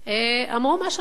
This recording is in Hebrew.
אמרו מה שאמרו.